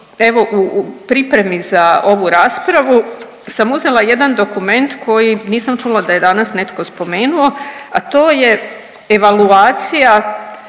evo u pripremi za ovu raspravu sam uzela jedan dokument koji nisam čula da je danas netko spomenuo, a to je evaluacija